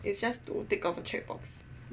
it's just to tick off the checkbox